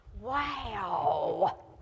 wow